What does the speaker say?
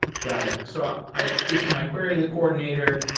got it. so i issue my query to the coordinator.